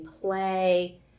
play